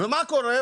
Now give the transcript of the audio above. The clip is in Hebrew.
ומה קורה?